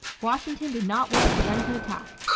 washington did not wait for them to attack.